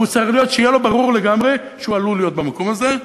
וצריך שיהיה לו ברור לגמרי שהוא עלול להיות במקום הזה.